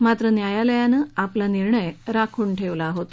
मात्र न्यायालयानं आपला निर्णय राखून ठेवला होता